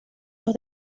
los